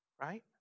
right